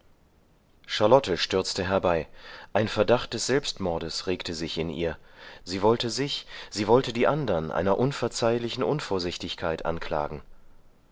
charlotte stürzte herbei ein verdacht des selbstmordes regte sich in ihr sie wollte sich sie wollte die andern einer unverzeihlichen unvorsichtigkeit anklagen